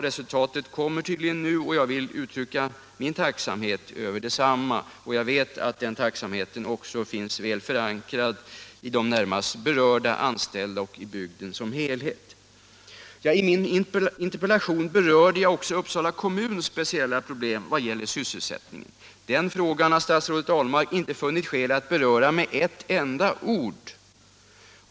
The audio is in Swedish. Resultatet kommer nu, och jag vill uttrycka min tacksamhet för detsamma. Jag vet att den tacksamheten också finns väl förankrad hos de närmast berörda, de anställda, och i bygden som helhet. I min interpellation berörde jag också Uppsala kommuns speciella problem i vad gäller sysselsättningen. Den frågan har statsrådet Ahlmark inte funnit skäl att nämna med ett enda ord.